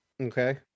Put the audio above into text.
okay